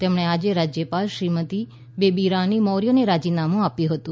તેમણે આજે રાજ્યપાલ શ્રીમતી બેબીરાની મૌર્યને રાજીનામું આપ્યું હતું